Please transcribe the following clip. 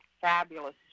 fabulous